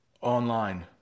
online